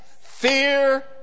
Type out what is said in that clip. Fear